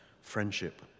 friendship